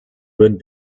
bonne